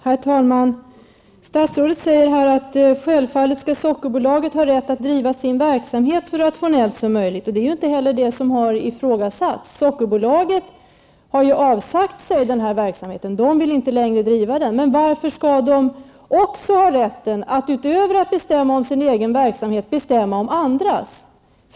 Herr talman! Statsrådet säger att Sockerbolaget självfallet skall ha rätt att bedriva sin verksamhet så rationellt som möjligt. Det är ju inte heller det som har ifrågasatts. Sockerbolaget har ju avsagt sig den här verksamheten -- det vill inte längre bedriva den. Varför skall bolaget ha rätt att utöver att bestämma om sin egen verksamhet bestämma om andras?